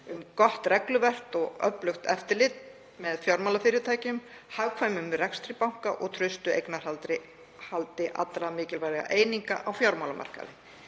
um gott regluverk og öflugt eftirlit með fjármálafyrirtækjum, hagkvæmum rekstri banka og traustu eignarhaldi allra mikilvægra eininga á fjármálamarkaði.